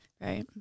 right